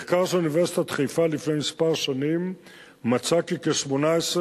מחקר של אוניברסיטת חיפה מצא לפני כמה שנים כי כ-18.5%